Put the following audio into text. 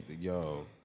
Yo